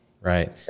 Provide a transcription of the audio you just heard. right